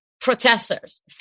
protesters